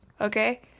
okay